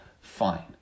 fine